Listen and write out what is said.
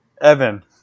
Evan